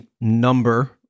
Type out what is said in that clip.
number